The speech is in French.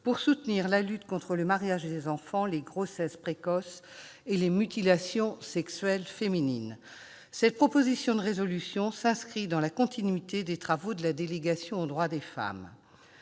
pour soutenir la lutte contre le mariage des enfants, les grossesses précoces et les mutilations sexuelles féminines. Cette proposition de résolution s'inscrit dans la continuité des travaux de la délégation aux droits des femmes.